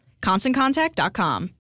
ConstantContact.com